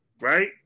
right